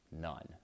none